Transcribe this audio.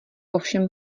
ovšem